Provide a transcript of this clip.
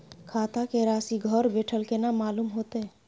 खाता के राशि घर बेठल केना मालूम होते?